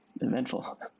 eventful